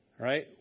Right